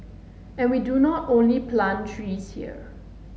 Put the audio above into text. and we do not only plant trees here